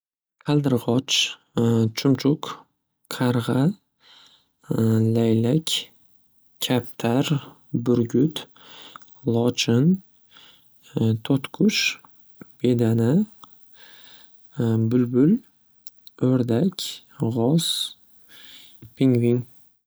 Qaldirg'och, chumchuq, qarg'a, laylak, kaptar, burgut, lochin, to'tiqush, bedana, bulbul, o'rdak, g'oz, pingvin.